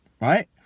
right